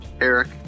Eric